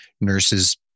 nurses